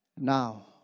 Now